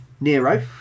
Nero